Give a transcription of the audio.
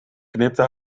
knipte